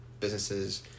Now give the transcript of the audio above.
businesses